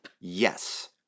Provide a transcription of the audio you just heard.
Yes